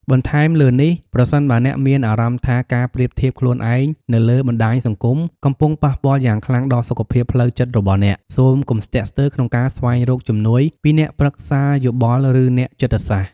បន្ថែមលើនេះ ប្រសិនបើអ្នកមានអារម្មណ៍ថាការប្រៀបធៀបខ្លួនឯងនៅលើបណ្ដាញសង្គមកំពុងប៉ះពាល់យ៉ាងខ្លាំងដល់សុខភាពផ្លូវចិត្តរបស់អ្នក សូមកុំស្ទាក់ស្ទើរក្នុងការស្វែងរកជំនួយពីអ្នកប្រឹក្សាយោបល់ ឬអ្នកចិត្តសាស្ត្រ។